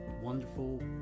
wonderful